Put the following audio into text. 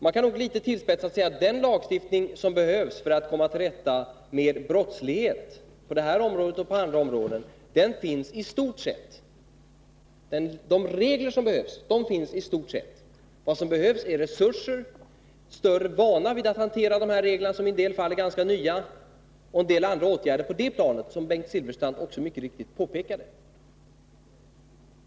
Man kan litet tillspetsat säga att den lagstiftning som behövs för att komma till rätta med brottslighet på det här och på andra områden i stort sett finns. De regler som behövs finns, det som saknas är resurser, större vana vid att hantera reglerna, som i en del fall är ganska nya, och en del andra åtgärder på det planet, vilket Bengt Silfverstrand också mycket riktigt påpekade.